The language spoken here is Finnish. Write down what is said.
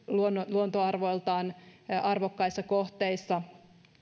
luontoarvoiltaan arvokkaissa kohteissa